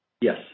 Yes